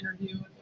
interview